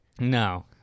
No